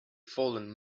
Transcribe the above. fallen